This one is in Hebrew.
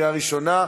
בקריאה הראשונה.